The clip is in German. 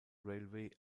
railway